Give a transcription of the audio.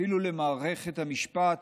אפילו למערכת המשפט,